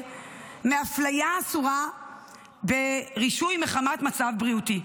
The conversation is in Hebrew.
מאפליה אסורה ברישוי מחמת מצב בריאותי.